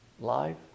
life